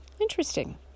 Interesting